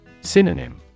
Synonym